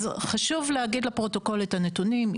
חשוב להגיד לפרוטוקול את הנתונים.